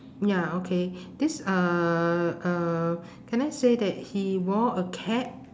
ya okay this uhh uh can I say that he wore a cap